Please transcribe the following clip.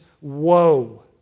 woe